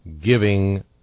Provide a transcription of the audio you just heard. giving